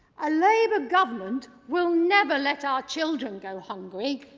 a labour government will never let our children go hungry!